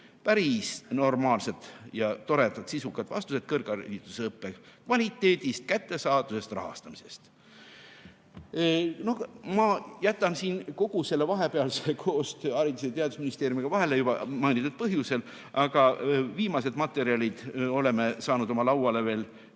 päris normaalsed ja toredalt sisukad vastused kõrghariduse õppe kvaliteedi, kättesaadavuse ja rahastamise teemal. Ma jätan siin kogu vahepealse koostöö Haridus- ja Teadusministeeriumiga vahele juba mainitud põhjusel, aga viimased materjalid oleme saanud oma lauale